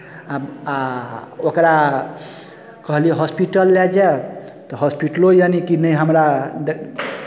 आ ओकरा कहलियै हॉस्पिटल लए जायब तऽ हॉस्पिटलो यानि की नहि हमरा दे